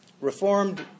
Reformed